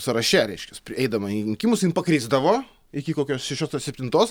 sąraše reiškias eidama į rinkimus jin pakrisdavo iki kokios šeštos ar septintos